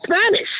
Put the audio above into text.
Spanish